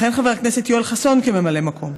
יכהן חבר הכנסת יואל חסון כממלא מקום.